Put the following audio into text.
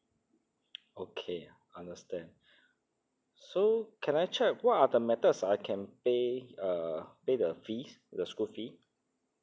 okay understand so can I check what are the methods I can pay uh pay the fees the school fee